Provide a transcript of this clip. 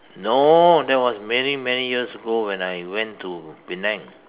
no that was many many years ago when I went to Penang